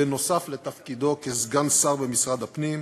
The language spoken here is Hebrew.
נוסף על תפקידו כסגן שר במשרד הפנים.